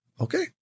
Okay